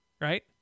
right